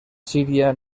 síria